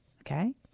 Okay